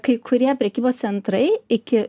kai kurie prekybos centrai iki